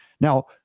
Now